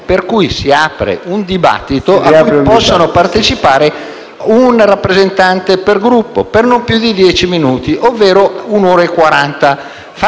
l'apertura di un dibattito a cui possono partecipare un rappresentante per Gruppo per non più di dieci minuti, ovvero un'ora e quaranta